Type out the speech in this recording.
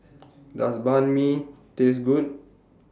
Does Banh MI Taste Good